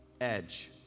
edge